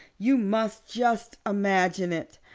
you must just imagine it.